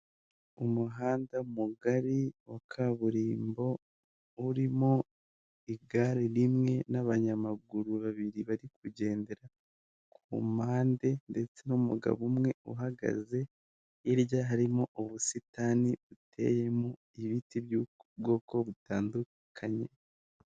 Umuhanda mugari wa kaburimbo urimo igare rimwe n'abanyamaguru babiri bari kugendera ku mpande ndetse n'umugabo umwe uhagaze hirya harimo ubusitani buteyemo ibiti by'ubwoko butandukanye.